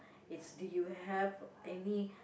is do you have any